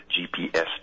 GPS